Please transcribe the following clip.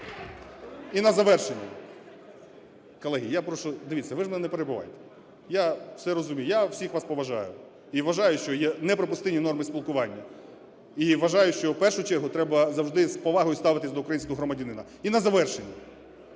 І на завершення. Колеги, я прошу, дивіться, ви ж мене не перебивайте, я все розумію, я всіх вас поважаю, і вважаю, що є неприпустимі норми спілкування. І вважаю, що в першу чергу, треба завжди з повагою ставитися до українського громадянина. І на завершення.